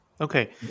Okay